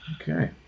Okay